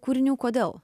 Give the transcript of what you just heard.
kūrinių kodėl